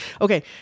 okay